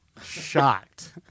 Shocked